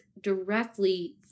directly